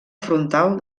frontal